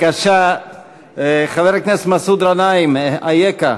בבקשה, חבר הכנסת מסעוד גנאים, אייכה?